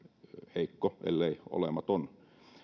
heikkoa ellei olematonta